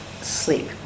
sleep